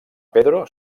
pedro